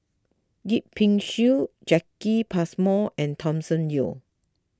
Yip Pin Xiu Jacki Passmore and Thomas Yeo